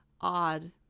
odd